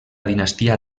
dinastia